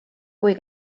kui